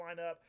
lineup